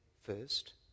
first